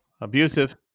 abusive